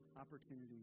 opportunities